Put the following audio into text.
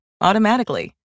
automatically